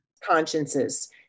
consciences